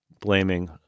blaming